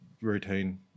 routine